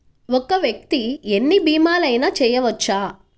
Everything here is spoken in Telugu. ఒక్క వ్యక్తి ఎన్ని భీమలయినా చేయవచ్చా?